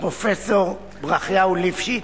פרופסור ברכיהו ליפשיץ,